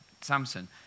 Samson